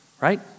right